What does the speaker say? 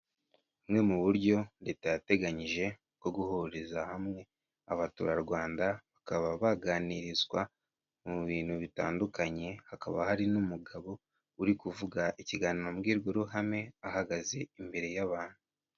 Bumwe mu buryo leta yateganyije bwo guhuriza hamwe abaturarwanda bakaba baganirizwa mu bintu bitandukanye hakaba hari n'umugabo uri kuvuga ikiganiro mbwirwaruhame ahagaze imbere y'abantu.